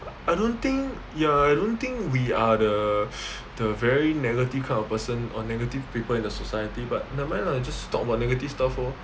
I don't think ya I don't think we are the the very negative kind of person or negative people in the society but never mind lah just talk about negative stuff lor